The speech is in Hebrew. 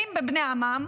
הביתה.